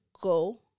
go